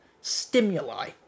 stimuli